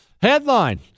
Headline